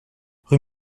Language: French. rue